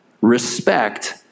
Respect